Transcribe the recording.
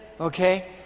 okay